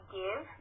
give